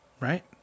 right